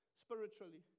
spiritually